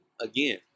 again